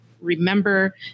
remember